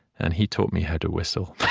and he taught me how to whistle,